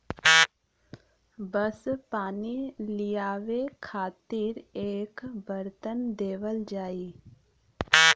बस पानी लियावे खातिर एक बरतन देवल जाई